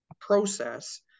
process